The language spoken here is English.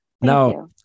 Now